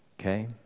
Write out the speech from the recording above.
okay